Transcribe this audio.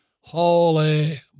Holy